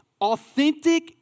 Authentic